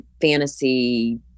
fantasy